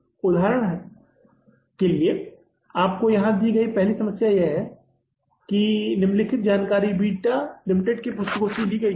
इसलिए उदाहरण के लिए यह आपको यहां दी गई पहली समस्या है और यह समस्या है निम्नलिखित जानकारी बीटा लिमिटेड की पुस्तकों से ली गई है